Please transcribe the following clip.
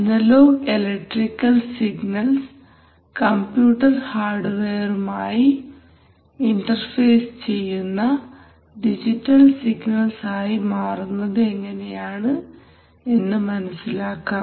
analogue electrical signals computer ഹാർഡ്വെയറുമായി interface ചെയ്യുന്ന digital signals ആയി മാറുന്നത് എങ്ങനെയാണെന്ന് മനസ്സിലാക്കാം